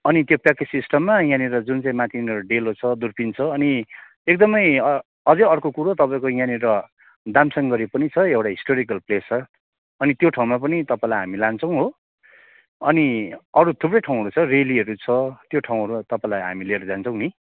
अनि त्यो प्याकेज सिस्टममा यहाँनिर जुन चाहिँ माथिनिर डेलो छ दुर्पिन छ अनि एकदमै अझै अर्को कुरो तपाईँको यहाँनिर दामसाङगढी पनि छ एउटा हिस्टोरिकल प्लेस छ अनि त्यो ठाउँमा पनि तपाईँलाई हामी लान्छौँ हो अनि अरू थुप्रै ठाउँहरू छ रेलीहरू छ त्यो ठाउँहरू तपाईँलाई हामी लिएर जान्छौँ नि